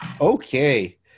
Okay